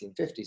1950s